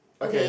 okay